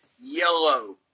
yellow